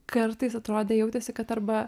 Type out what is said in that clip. kartais atrodė jautėsi kad arba